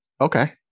okay